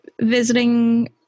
visiting